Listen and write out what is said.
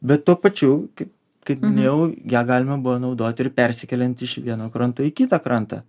bet tuo pačiu kaip kaip minėjau ją galima buvo naudot ir persikeliant iš vieno kranto į kitą krantą